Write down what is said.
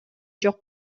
жок